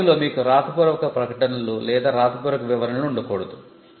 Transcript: డ్రాయింగ్లో మీకు వ్రాతపూర్వక ప్రకటనలు లేదా వ్రాతపూర్వక వివరణలు ఉండకూడదు